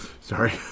sorry